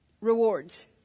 Rewards